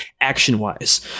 action-wise